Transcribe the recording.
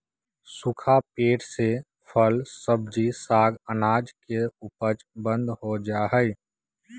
सूखा पेड़ से फल, सब्जी, साग, अनाज के उपज बंद हो जा हई